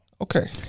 Okay